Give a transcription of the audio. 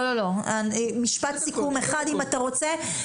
לא, משפט סיכום אחד, אם אתה רוצה.